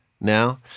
now